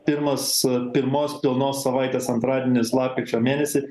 pirmas pirmos pilnos savaitės antradienis lapkričio mėnesį